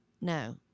no